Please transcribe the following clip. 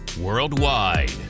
worldwide